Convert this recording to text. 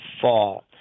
fall